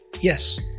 Yes